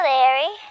Larry